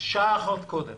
ששעה אחת קודם